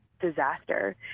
disaster